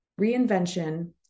reinvention